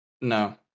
No